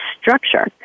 structure